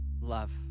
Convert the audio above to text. love